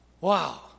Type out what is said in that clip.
Wow